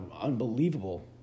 unbelievable